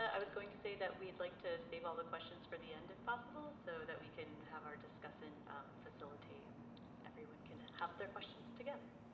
i was going to say that we'd like to save all the questions for the end, if possible, so that we can have our discussant facilitate and everyone have their questions together.